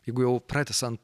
jeigu jau pratęsiant